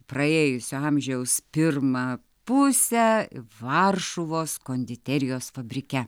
praėjusio amžiaus pirmą pusę varšuvos konditerijos fabrike